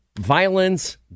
violence